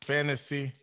Fantasy